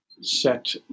set